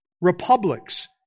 republics